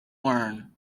learn